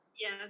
Yes